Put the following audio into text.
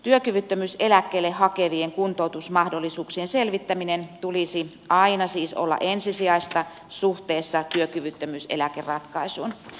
työkyvyttömyyseläkkeelle hakevien kuntoutusmahdollisuuksien selvittämisen tulisi aina siis olla ensisijaista suhteessa työkyvyttömyyseläkeratkaisuun